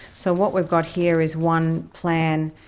so what we've got here is one plan,